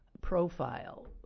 Profile